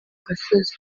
gasozi